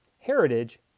heritage